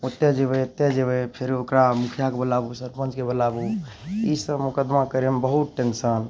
ओतऽ जेबय एतऽ जेबय फेरो ओकरा मुखियाके बुलाबू सरपञ्चके बोलाबू ई सभ मुकदमा करयमे बहुत टेंसन